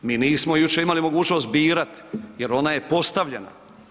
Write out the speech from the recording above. Mi nismo jučer imali mogućnost birati jer ona je postavljena.